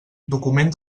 document